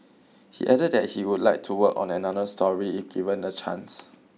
he added that he would like to work on another story if given the chance